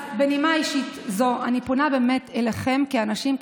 אז בנימה אישית זו אני פונה אליכם כאנשים,